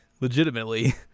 Legitimately